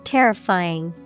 Terrifying